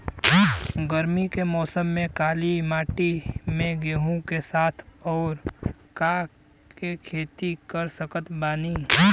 गरमी के मौसम में काली माटी में गेहूँ के साथ और का के खेती कर सकत बानी?